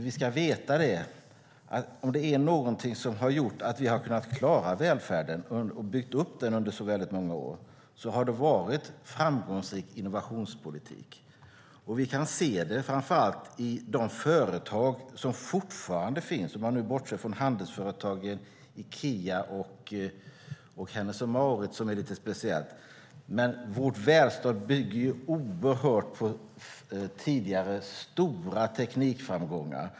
Vi ska veta det, att om det är någonting som har gjort att vi har kunnat klara välfärden och bygga upp den under så väldigt många år är det en framgångsrik innovationspolitik. Vi kan se det framför allt i de företag som fortfarande finns, om man nu bortser från handelsföretagen Ikea och Hennes & Mauritz som är lite speciella. Vårt välstånd bygger ju oerhört mycket på tidigare stora teknikframgångar.